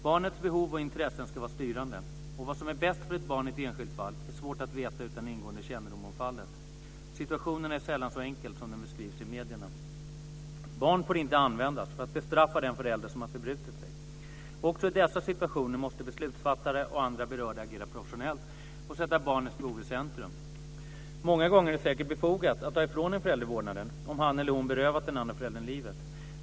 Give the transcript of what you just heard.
Barnets behov och intressen ska vara styrande - och vad som är bäst för ett barn i ett enskilt fall är svårt att veta utan ingående kännedom om fallet. Situationen är sällan så enkel som den beskrivs i medierna. Barnet får inte användas för att bestraffa den förälder som har förbrutit sig. Också i dessa situationer måste beslutsfattare och andra berörda agera professionellt och sätta barnets behov i centrum. Många gånger är det säkert befogat att ta ifrån en förälder vårdnaden, om han eller hon berövat den andra föräldern livet.